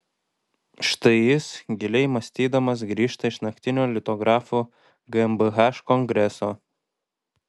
štai jis giliai mąstydamas grįžta iš naktinio litografų gmbh kongreso